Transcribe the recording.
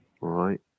right